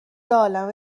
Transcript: عالمه